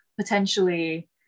potentially